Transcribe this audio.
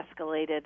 escalated